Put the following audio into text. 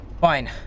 Fine